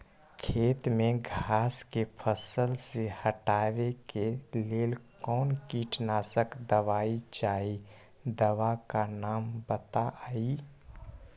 खेत में घास के फसल से हटावे के लेल कौन किटनाशक दवाई चाहि दवा का नाम बताआई?